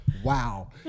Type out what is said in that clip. wow